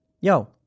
Yo